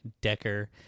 Decker